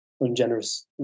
ungenerous